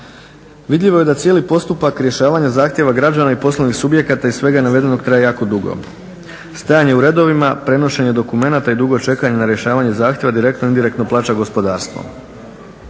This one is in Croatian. Vidljivo je da cijeli postupak rješavanja zahtjeva građana i poslovnih subjekata i svega navedenog traje jako dugo. Stajanje u redovima, prenošenje dokumenata i dugo čekanje na rješavanje zahtjeva direktno ili indirektno plaća gospodarstvo.